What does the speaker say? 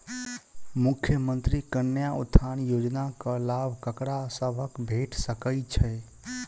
मुख्यमंत्री कन्या उत्थान योजना कऽ लाभ ककरा सभक भेट सकय छई?